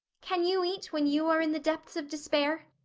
can you eat when you are in the depths of despair?